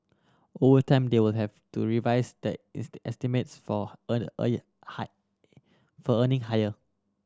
over time they will have to revise their estimates for earn earning high for earning higher